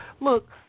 look